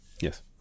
Yes